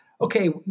okay